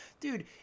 dude